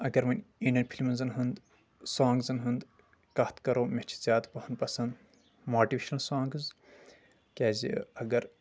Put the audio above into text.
اگر وۄنۍ اِنڈٮ۪ن فلمٕزن ہُنٛد سونٛگزن ہُنٛد کتھ کرو مےٚ چھِ زیادٕ پہم پسنٛد ماٹویشنل سونٛگٕس کیٛازِ اگر